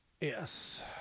Yes